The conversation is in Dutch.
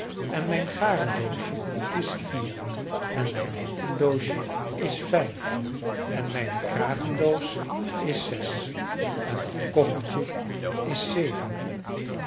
en mijn garendoosje is vier en mijn lintendoosje is vijf en mijne kragendoos is zes en dat koffertje is zeven